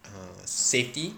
err safety